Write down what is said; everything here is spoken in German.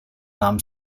nahm